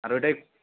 আর ওটায়